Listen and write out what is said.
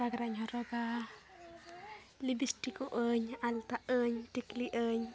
ᱯᱟᱜᱨᱟᱧ ᱦᱚᱨᱚᱜᱟ ᱞᱤᱯᱤᱥᱴᱤᱠᱚᱜᱼᱟᱹᱧ ᱟᱞᱛᱟᱜᱼᱟᱹᱧ ᱴᱤᱠᱞᱤᱜᱼᱟᱹᱧ